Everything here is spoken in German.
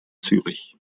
zürich